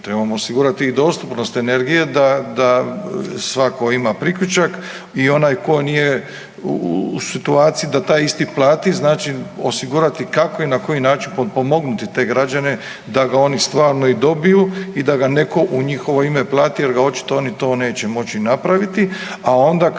trebamo osigurati i dostupnost energije, da svatko ima priključak i onaj tko nije u situaciji da taj isti plati, znači osigurati kako i na koji način potpomognuti te građane da ga oni stvarno i dobiju i da ga netko u njihovo ime plati jer ga očito oni to neće moći napraviti, a onda